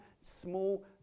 small